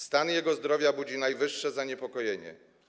Stan jego zdrowia budzi najwyższe zaniepokojenie.